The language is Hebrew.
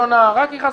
אני נתתי לו אישור.